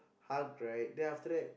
hugged right then after that